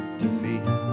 defeat